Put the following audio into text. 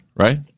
Right